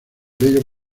bellos